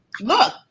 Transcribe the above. look